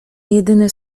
jedyny